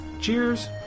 Cheers